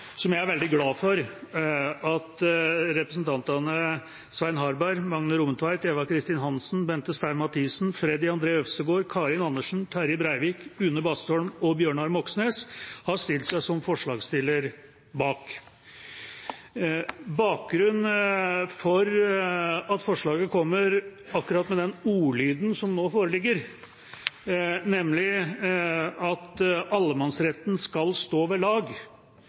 som jeg er veldig glad for at representantene Svein Harberg, Magne Rommetveit, Eva Kristin Hansen, Bente Stein Mathisen, Freddy André Øvstegård, Karin Andersen, Terje Breivik, Une Bastholm og Bjørnar Moxnes har stilt seg bak som forslagsstillere. Bakgrunnen for at forslaget kommer med akkurat den ordlyden som nå foreligger, nemlig at allemannsretten skal stå ved lag,